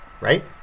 Right